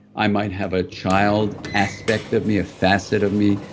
i might have a child aspect of me, a facet of me,